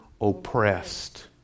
oppressed